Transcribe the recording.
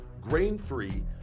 grain-free